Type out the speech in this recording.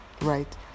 right